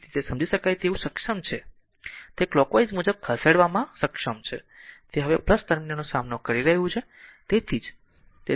તેથી તે હવે સમજી શકાય તેવું સક્ષમ છે તે કલોકવાઈઝ મુજબ ખસેડવામાં સક્ષમ છે તે હવે ટર્મિનલનો સામનો કરી રહ્યું છે